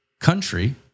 country